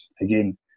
again